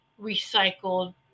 recycled